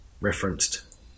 referenced